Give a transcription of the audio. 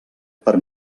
per